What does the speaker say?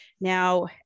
Now